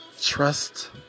Trust